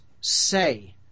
say